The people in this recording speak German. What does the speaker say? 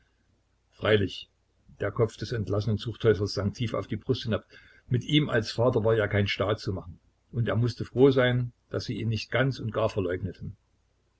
freilich der kopf des entlassenen zuchthäuslers sank tief auf die brust hinab mit ihm als vater war ja kein staat zu machen und er mußte froh sein daß sie ihn nicht ganz und gar verleugneten